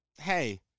hey